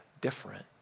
different